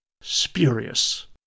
spurious